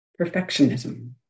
perfectionism